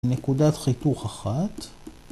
נקודת חיכוך אחת.